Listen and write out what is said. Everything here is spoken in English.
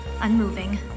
unmoving